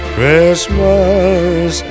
Christmas